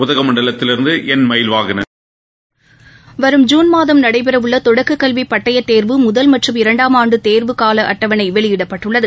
உதகமண்டலத்திலிருந்து மயில்வாகனன் வரும் ஜூன் மாதம் நடைபெறவுள்ள தொடக்கக் கல்வி பட்டயத் தேர்வு முதல் மற்றும் இரண்டாம் ஆண்டு தேர்வுகால அட்டவணை வெளியிடப்பட்டுள்ளது